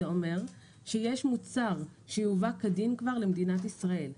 זה אומר שיש מוצר שכבר יובא כדין למדינת ישראל.